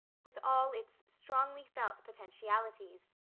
with all its strongly felt potentialities.